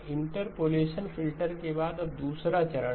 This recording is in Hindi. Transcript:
इंटरपोलेशन फिल्टर के बाद अब दूसरा चरण है